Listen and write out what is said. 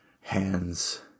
hands